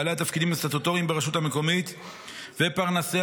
בעלי התפקידים הסטטוטוריים ברשות המקומית ופרנסיה,